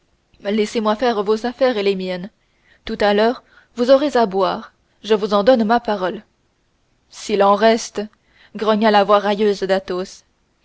passablement laissez-moi faire vos affaires et les miennes tout à l'heure vous aurez à boire je vous en donne ma parole s'il en reste grogna la voix railleuse